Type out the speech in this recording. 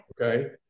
Okay